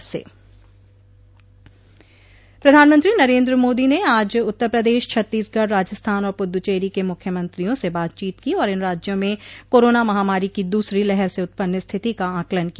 प्रधानमंत्री नरेन्द्र मोदी ने आज उत्तर प्रदेश छत्तीसगढ राजस्थान और पुद्दुचेरी के मुख्यमंत्रियों से बातचीत की और इन राज्यों में कोरोना महामारी की दूसरी लहर से उत्पन्न स्थिति का आकलन किया